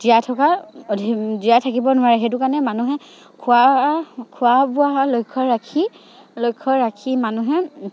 জীয়াই থকা অধ জীয়াই থাকিব নোৱাৰে সেইটো কাৰণে মানুহে খোৱা খোৱা বোৱা হ লক্ষ্য ৰাখি লক্ষ্য ৰাখি মানুহে